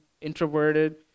introverted